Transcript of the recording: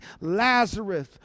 Lazarus